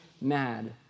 mad